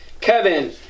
Kevin